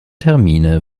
termine